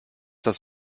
das